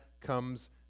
comes